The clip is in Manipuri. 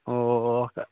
ꯑꯣ ꯑꯣ ꯑꯣ